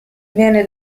viene